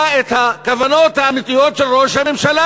את הכוונות האמיתיות של ראש הממשלה,